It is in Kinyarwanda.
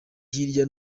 hirya